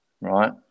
Right